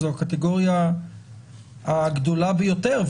זו הקטגוריה הגדולה ביותר,